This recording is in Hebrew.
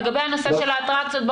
לגבי הנושא של האטרקציות,